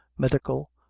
medical,